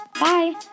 Bye